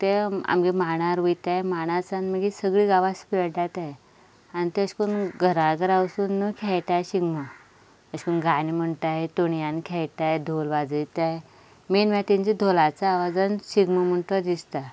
ते आमच्या मांडार वयतात आनी मांडार सावन मागीर सगळीं गांवांत स्प्रेड जातात आनी तशें करून घरांं घरां वचून खेळटात शिगमो अशें करून गाणी म्हणटात तोणयान खेळटात धोल वाजयतात मेन म्हणल्यार तांच्या धोलाच्या आवाजांत शिगमो म्हणटा तो दिसता